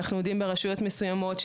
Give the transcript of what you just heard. ברשויות מסוימות,